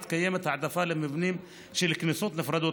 קיימת העדפה למבנים של כניסות נפרדות.